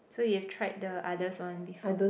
so you have tried the others one before